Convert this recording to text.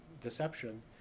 deception